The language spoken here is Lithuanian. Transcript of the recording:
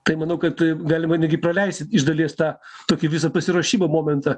tai manau kad galima netgi praleisiti iš dalies tą tokį visą pasiruošimo momentą